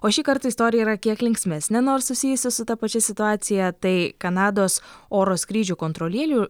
o šįkart istorija yra kiek linksmesnė nors susijusi su ta pačia situacija tai kanados oro skrydžių kontrolielių